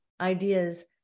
ideas